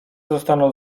zostaną